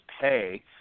pay